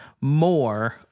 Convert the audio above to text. more